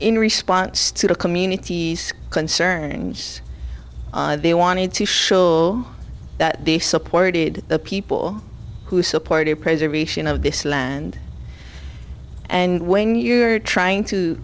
in response to the community's concerns they wanted to show that they supported the people who supported preservation of this land and when you are trying to